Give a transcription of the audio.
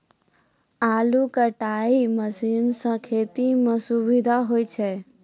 आलू कटाई मसीन सें खेती म सुबिधा होय छै